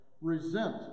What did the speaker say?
resent